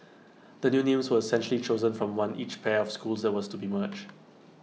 the new names were essentially chosen from one each pair of schools that was to be merged